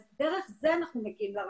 אז דרך זה אנחנו מגיעים לרשות.